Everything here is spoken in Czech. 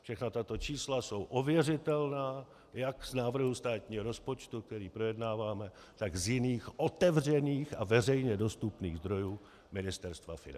Všechna tato čísla jsou ověřitelná jak z návrhu státního rozpočtu, který projednáváme, tak z jiných otevřených a veřejně dostupných zdrojů Ministerstva financí.